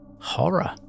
Horror